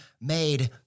made